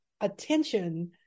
attention